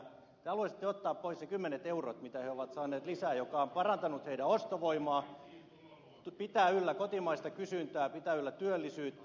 te haluaisitte ottaa pois ne kymmenet eurot mitä he ovat saaneet lisää mikä on parantanut heidän ostovoimaansa pitää yllä kotimaista kysyntää pitää yllä työllisyyttä